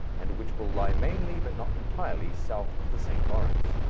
and which will lie mainly, but not entirely, south of the st. lawrence.